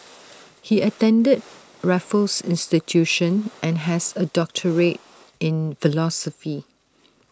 he attended Raffles institution and has A doctorate in philosophy